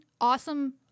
awesome